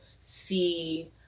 see